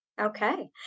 Okay